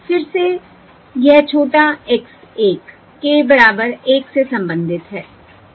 फिर से यह छोटा x 1 k 1 से संबंधित है